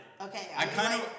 Okay